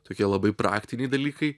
tokie labai praktiniai dalykai